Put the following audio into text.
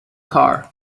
car